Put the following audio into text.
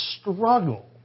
struggle